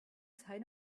sign